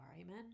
Amen